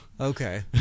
okay